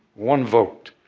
one vote.